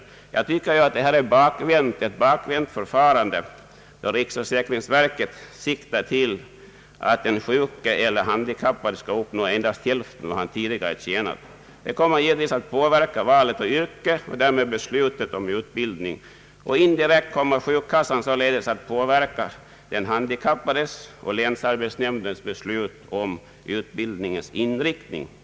Jag tycker att det är ett bakvänt förfarande, då riksförsäkringsverket sik tar till att den sjuke eller handikappade skall uppnå endast hälften av vad han tidigare tjänade. Detta kommer givetvis att påverka valet av yrke och därmed beslutet om utbildning. Indirekt kommer sjukkassan således att påverka den handikappades och länsarbetsnämndens beslut om utbildningens inriktning.